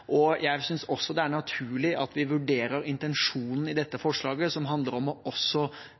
Jeg synes også det er naturlig at vi vurderer intensjonen i dette forslaget, som handler om også å